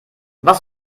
was